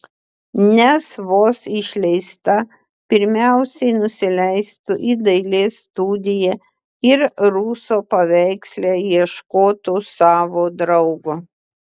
nes vos išleista pirmiausiai nusileistų į dailės studiją ir ruso paveiksle ieškotų savo draugo